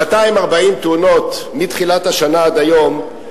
240 תאונות מתחילת השנה עד היום,